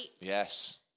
Yes